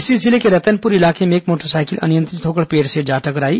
इसी जिले के रतनपुर इलाके में एक मोटरसाइकिल अनियंत्रित होकर पेड़ से जा टकराई